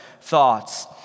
thoughts